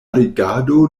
rigardo